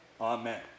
Amen